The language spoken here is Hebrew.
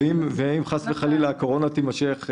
ואם חס וחלילה הקורונה תימשך,